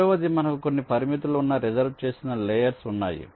రెండవది మనకు కొన్ని పరిమితులు ఉన్న రిజర్వు చేసిన లేయర్స్ ఉన్నాయి